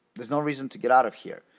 there's no reason to get out of here.